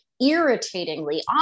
irritatingly